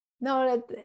no